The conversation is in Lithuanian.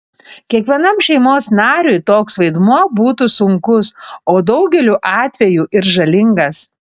kiekvienam šeimos nariui toks vaidmuo būtų sunkus o daugeliu atvejų ir žalingas